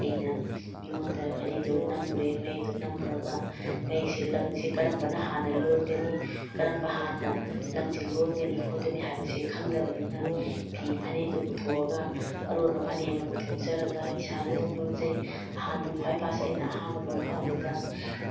ꯑꯩꯅ ꯃꯤꯉꯣꯟꯗ ꯐꯅꯦꯛꯇꯣ ꯅꯝꯃꯨꯔꯦ ꯃꯌꯦꯛꯇꯣ ꯅꯝꯃꯨꯔꯒ ꯃꯌꯦꯛꯁꯦ ꯂꯪꯁꯦ ꯀꯔꯝꯕꯅ ꯍꯥꯟꯅ ꯂꯣꯟꯒꯅꯤ ꯀꯔꯝꯕ ꯍꯥꯏꯅ ꯂꯪꯁꯦ ꯂꯣꯟꯒꯅꯤ ꯈꯣꯠꯀꯅꯤ ꯍꯥꯏꯕꯁꯦ ꯈꯪꯗꯕꯅꯤꯅ ꯐꯤ ꯐꯅꯦꯛꯇꯣ ꯄꯨꯊꯣꯛꯑꯒ ꯑꯔꯣꯟꯕ ꯐꯅꯦꯛ ꯑꯃ ꯄꯨꯊꯣꯛꯆꯔꯒ ꯏꯁꯥꯅ ꯑꯗꯨꯝ ꯂꯣꯟꯖꯩ ꯑꯍꯥꯟꯕ ꯈ꯭ꯋꯥꯏ ꯐꯥꯔꯁ ꯑꯩꯅ ꯑꯍꯥꯟꯕ ꯂꯣꯟꯕ ꯍꯧꯕꯗ